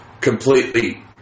completely